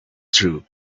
true